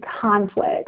conflict